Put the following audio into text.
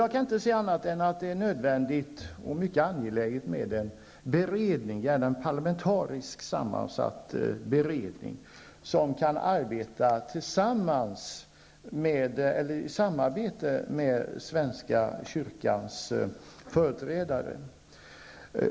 Jag kan inte se annat än att det är nödvändigt och mycket angeläget med en beredning, gärna en parlamentariskt sammansatt beredning, som kan samarbeta med svenska kyrkans företrädare.